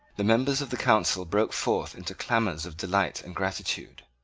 the members of the council broke forth into clamours of delight and gratitude.